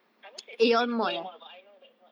I almost said city square mall but I know that's not